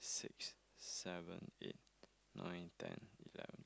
six seven eight nine ten eleven twelve